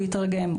הוא יתרגם,